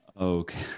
Okay